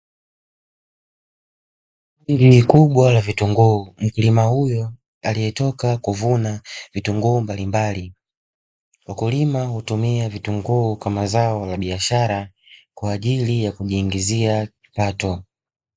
Kundi kubwa la vitunguu, mkulima huyu aliyetoka kuvuna vitunguu mbalimbali, mkulima hutumia vitunguu kama zao la biashara kwa ajili ya kumuingizia kipato.